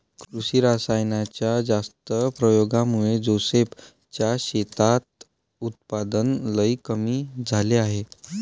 कृषी रासायनाच्या जास्त प्रयोगामुळे जोसेफ च्या शेतात उत्पादन लई कमी झाले आहे